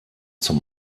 zum